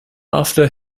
after